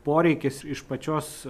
poreikis iš pačios